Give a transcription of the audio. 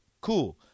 cool